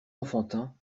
enfantin